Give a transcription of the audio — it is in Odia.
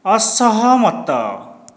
ଅସହମତ